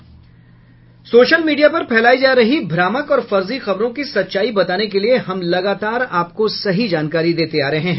social media पर फैलाई जा रही भ्रामक और फर्जी खबरों की सच्चाई बताने के लिए हम लगातार आपको सही जानकारी देते आ रहे हैं